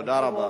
תודה רבה.